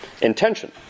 Intention